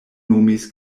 nomis